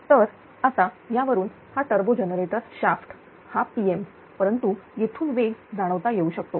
तर आता यावरून हा टर्बो जनरेटर शाफ्ट हा Pm परंतु येथून वेग जाणवता येऊ शकतो